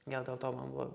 gal dėl to man buvo